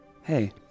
Hey